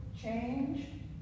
change